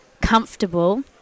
comfortable